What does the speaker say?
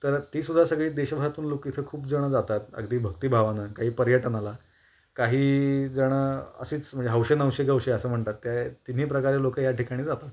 तर तीसद्धा सगळी देशभरातून लोकं इथे खूपजणं जातात अगदी भक्तीभावानं काही पर्यटनाला काही जणं असेच म्हणजे हौशे गवशे नवशे असं म्हणतात त्या तिन्ही प्रकारे लोकं या ठिकाणी जातात